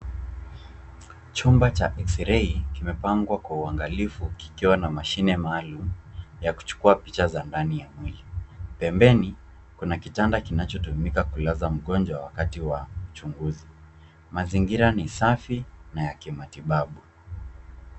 Chumba cha eksirei kilicho pangwa kwa uangalifu kikiwa na mashine maalum ya kuchukua picha za ndani ya mwili. Pembeni kuna kitanda kinacho tumika kula za mgonjwa wakati wa uchunguzi. Mazingira ni safi ya kimatibabu.